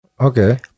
okay